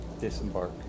disembark